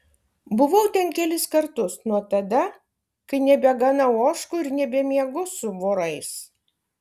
buvau ten kelis kartus nuo tada kai nebeganau ožkų ir nebemiegu su vorais